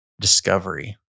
discovery